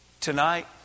Tonight